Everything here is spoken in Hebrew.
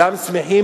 מה זה לחץ נפשי?